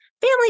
Family